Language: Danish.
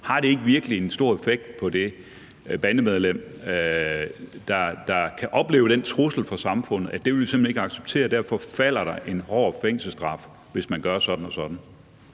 Har det ikke virkelig en stor effekt på det bandemedlem, der kan opleve den trussel fra samfundet, at det vil vi simpelt hen ikke acceptere, og derfor falder der en hård fængselsstraf, hvis man gør sådan og sådan?